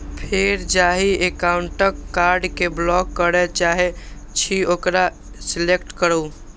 फेर जाहि एकाउंटक कार्ड कें ब्लॉक करय चाहे छी ओकरा सेलेक्ट करू